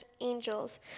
angels